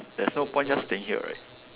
there's no point just staying here right